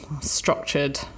structured